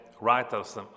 writers